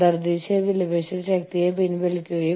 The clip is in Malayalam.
അതിനാൽ നിങ്ങൾ സമ്പദ്വ്യവസ്ഥയെ വികസിപ്പിക്കുക